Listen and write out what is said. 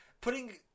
putting